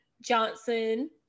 johnson